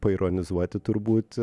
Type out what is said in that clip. paironizuoti turbūt